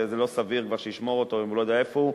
וזה לא סביר שישמור אותו אם הוא לא יודע איפה הוא,